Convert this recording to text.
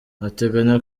ateganya